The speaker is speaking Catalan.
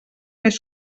més